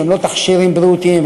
שהם לא תכשירים בריאותיים,